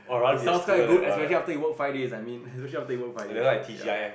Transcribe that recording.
it's sounds quite good especially after you work five days I mean especially after you work five days ya